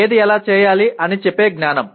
ఏది ఎలా చేయాలి అని చెప్పే జ్ఞానం